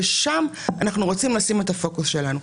ושם אנחנו רוצים לשים את הפוקוס שלנו.